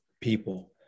people